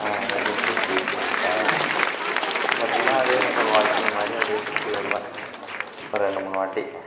எதாச்சும் பூச்சி கீச்சி இருக்கா பார்த்திங்கன்னா அதே எனக்கு ஒரு வாக்கிங் மாதிரி அப்படியே சுற்றி வருவேன் ஒரு ரெண்டு மூணு வாட்டி